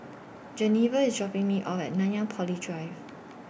Geneva IS dropping Me off At Nanyang Poly Drive